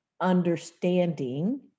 understanding